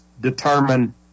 determine